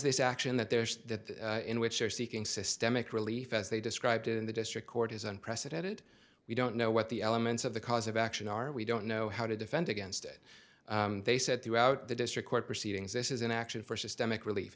this action that there's that in which they're seeking systemic relief as they described it in the district court is unprecedented we don't know what the elements of the cause of action are we don't know how to defend against it they said throughout the district court proceedings this is an action for systemic relief